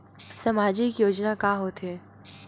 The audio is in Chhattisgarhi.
सामाजिक योजना का होथे?